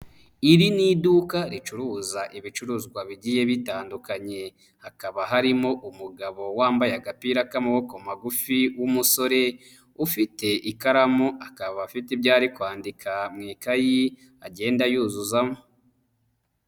Iri ni iduka ricuruza ibicuruzwa bigiye bitandukanye, hakaba harimo umugabo wambaye agapira k'amaboko magufi w'umusore, ufite ikaramu akaba afite ibyo ari kwandika mu ikayi agenda yuzuzamo.